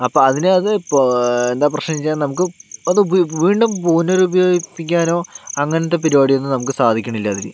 അപ്പോൾ അതിന് അത് എന്താ പ്രശ്നമെന്ന് വെച്ചാൽ നമുക്ക് അത് വീണ്ടും പുനരുപയോഗിപ്പിയ്ക്കാനോ അങ്ങനത്തെ പരുപാടി ഒന്നും നമുക്ക് സാധിക്കണില്ല അതില്